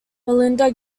melinda